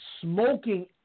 smoking